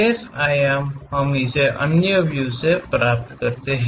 शेष आयाम हम इसे अन्य व्यू से प्राप्त कर सकते हैं